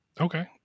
okay